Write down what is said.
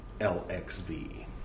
LXV